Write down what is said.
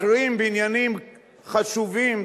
מכריעים בעניינים חשובים,